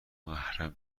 محرم